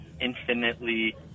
infinitely